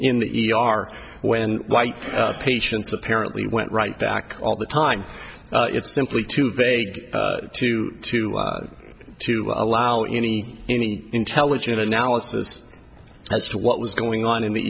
in the e r when white patients apparently went right back all the time it's simply too vague to to to allow any any intelligent analysis as to what was going on in the